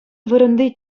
вырӑнти